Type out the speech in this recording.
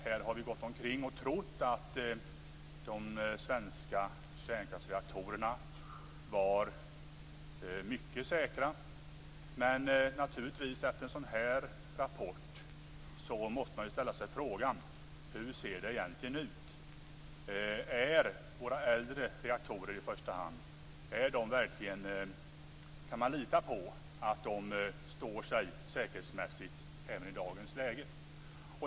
Här har vi gått omkring och trott att de svenska kärnkraftsreaktorerna var mycket säkra. Men efter en sådan här rapport måste man naturligtvis ställa sig frågan: Hur ser det egentligen ut? Kan man lita på att i första hand våra äldre reaktorer står sig säkerhetsmässigt även i dagens läge?